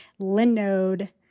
Linode